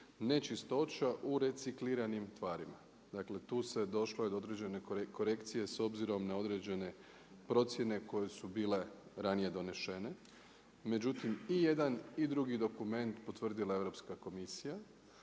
nečistoća u recikliranim tvarima. Dakle tu se, došlo je do određen korekcije s obzirom na određene procjene koje su bile ranije donešene. Međutim i jedan i drugi dokument potvrdila je Europska komisija.